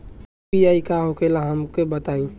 UPI का होखेला हमका बताई?